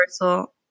universal